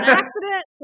accident